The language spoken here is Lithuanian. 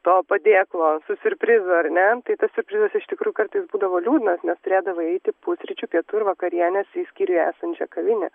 to padėklo su siurprizu ar ne tai tas siurprizas iš tikrųjų kartais būdavo liūdnas nes turėdavai eiti pusryčių pietų ir vakarienės į skyriuje esančią kavinę